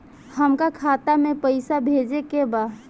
हमका खाता में पइसा भेजे के बा